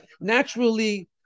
naturally